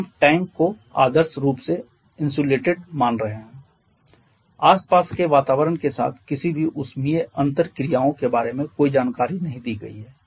अब हम टैंक को आदर्श रूप से इन्स्युलेटेड मान रहे हैं आसपास के वातावरण के साथ किसी भी ऊष्मीय अन्तर्क्रियाओं के बारे में कोई जानकारी नहीं दी गई है